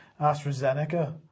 AstraZeneca